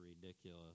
ridiculous